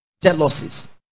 jealousies